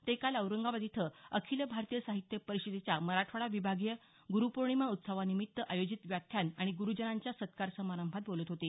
ते काल औरंगाबाद इथं अखिल भारतीय साहित्य परिषदेच्या मराठवाडा विभागीय ग्रूपौर्णिमा उत्सवानिमित्त आयोजित व्याख्यान आणि गुरूजनांच्या सत्कार समारंभात बोलत होते